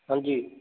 ਹਾਂਜੀ